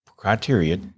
criteria